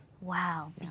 wow